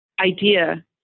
idea